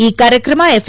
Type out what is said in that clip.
ಈ ಕಾರ್ಯಕ್ರಮ ಎಫ್